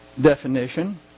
definition